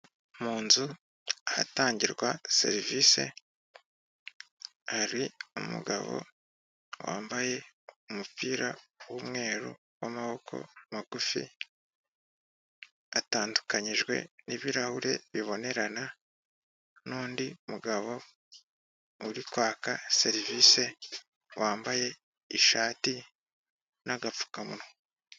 Mu nzu ahatangirwa serivisi, hari umugabo wambaye umupira w'umweru w'amaboko magufi, atandukanyijwe n'ibirahure bibonerana n'undi mugabo uri kwaka serivisi, wambaye ishati n'agapfukamunwa.